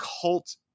cult